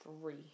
Three